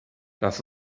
das